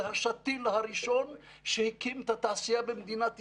זה השתיל הראשון שהקים את התעשייה במדינת ישראל,